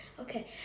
okay